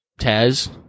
Taz